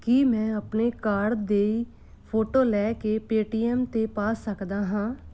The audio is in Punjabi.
ਕੀ ਮੈਂ ਆਪਣੇ ਕਾਰਡ ਦੀ ਫੋਟੋ ਲੈ ਕੇ ਪੇਟੀਐੱਮ 'ਤੇ ਪਾ ਸਕਦਾ ਹਾਂ